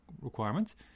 requirements